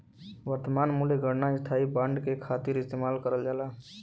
वर्तमान मूल्य गणना स्थायी बांड के खातिर इस्तेमाल करल जाला